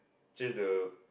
change the